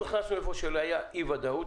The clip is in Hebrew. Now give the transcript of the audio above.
אנחנו נכנסנו איפה שלא הייתה אי ודאות,